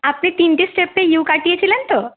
আপনি তিনটে স্টেপে ইউ কাটিয়েছিলেন তো